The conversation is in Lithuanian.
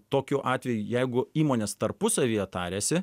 tokiu atveju jeigu įmonės tarpusavyje tariasi